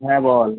হ্যাঁ বল